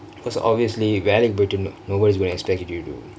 because obviously வேலைக்கு பேய்ட்டு:velaiku peitu nobody is goingk to expect you to do though